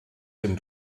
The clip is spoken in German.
dem